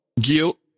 guilt